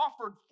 offered